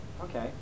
okay